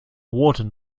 warden